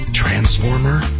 Transformer